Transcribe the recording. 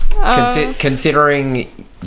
Considering